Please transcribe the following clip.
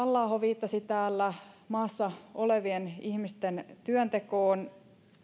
halla aho viittasi täällä maassa olevien ihmisten työntekoon